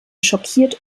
schockiert